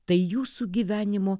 tai jūsų gyvenimo